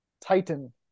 Titan